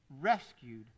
rescued